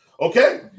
Okay